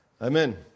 Amen